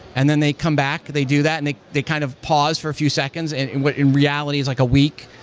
and then they come back, they do that and they they kind of pause for a few seconds and and what in reality is like a week,